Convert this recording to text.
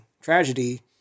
tragedy